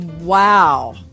Wow